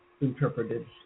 interpreted